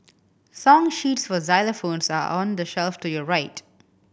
song sheets for xylophones are on the shelf to your right